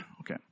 Okay